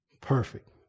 perfect